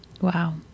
Wow